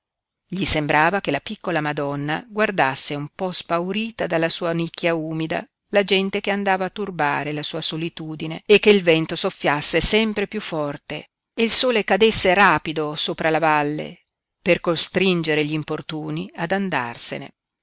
gli sembrava che la piccola madonna guardasse un po spaurita dalla sua nicchia umida la gente che andava a turbare la sua solitudine e che il vento soffiasse sempre piú forte e il sole cadesse rapido sopra la valle per costringere gl'importuni ad andarsene